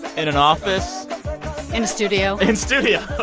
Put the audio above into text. in an office in studio in studio